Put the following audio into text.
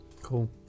cool